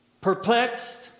perplexed